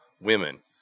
women